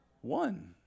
one